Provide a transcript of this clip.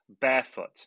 barefoot